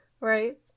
right